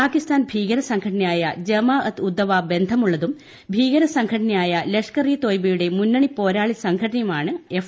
പാകിസ്ഥാൻ ഭീകര സംഘടനയായ ജമാ അത്ത് ഉദ്ദവാ ബന്ധമുളളതും ഭീകര സംഘടനയായ ലഷ്കർ ഇ തൊയ്ബയുടെ മുന്നണി പോരാളി സംഘടനയാണ് എഫ്